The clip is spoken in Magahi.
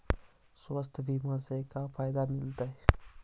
स्वास्थ्य बीमा से का फायदा मिलतै?